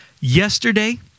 Yesterday